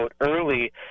early